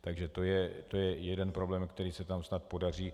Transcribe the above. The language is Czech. Takže to je i jeden problém, který se tam snad podaří.